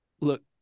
look